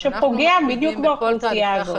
את זה צריך לעשות בכל מקרה.